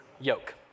yoke